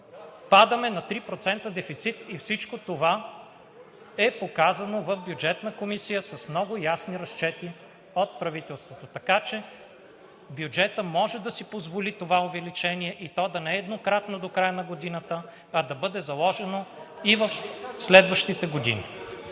падаме на 3% дефицит. И всичко това е показано в Бюджетната комисия с много ясни разчети от правителството. Така че бюджетът може да си позволи това увеличение и то да не е еднократно до края на годината, а да бъде заложено и в следващите години.